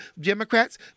Democrats